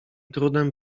trudem